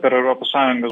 per europos sąjungą